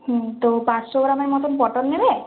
হুম তো পাঁচশ গ্রামের মতন পটল নেবে